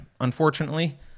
Unfortunately